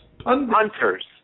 Hunters